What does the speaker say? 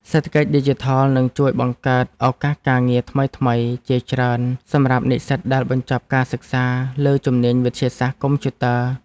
សេដ្ឋកិច្ចឌីជីថលនឹងជួយបង្កើតឱកាសការងារថ្មីៗជាច្រើនសម្រាប់និស្សិតដែលបញ្ចប់ការសិក្សាលើជំនាញវិទ្យាសាស្ត្រកុំព្យូទ័រ។